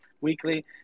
weekly